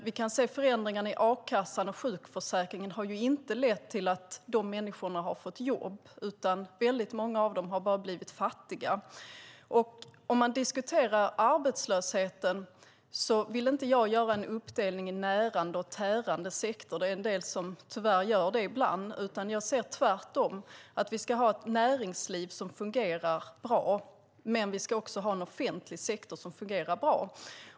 Vi kan se att förändringarna i a-kassan och sjukförsäkringen inte har lett till att dessa människor har fått jobb, utan väldigt många av dem har bara blivit fattiga. När vi diskuterar arbetslösheten vill jag inte göra någon uppdelning i närande och tärande sektor. Det är tyvärr en del som gör det ibland. Jag ser tvärtom att vi ska ha ett näringsliv som fungerar bra och också en offentlig sektor som fungerar bra.